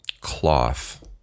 cloth